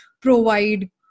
provide